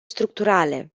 structurale